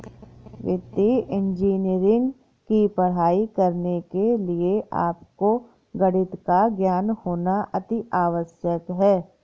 वित्तीय इंजीनियरिंग की पढ़ाई करने के लिए आपको गणित का ज्ञान होना अति आवश्यक है